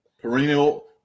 perennial